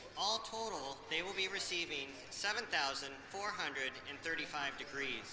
all total they will be receiving seven thousand four hundred and thirty five degrees